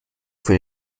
für